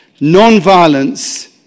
Nonviolence